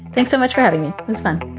thanks so much for having me. spend